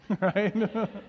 Right